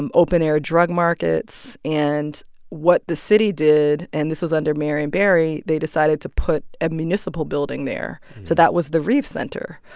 um open-air drug markets. and what the city did and this was under marion barry they decided to put a municipal building there. so that was the reeves center.